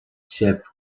jeff